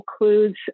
includes